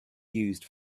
used